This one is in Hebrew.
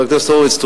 חבר הכנסת הורוביץ,